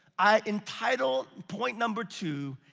i entitle point number two,